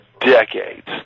decades